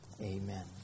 Amen